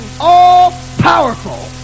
all-powerful